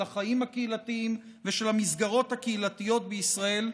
החיים הקהילתיים ושל המסגרות הקהילתיות בישראל,